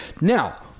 Now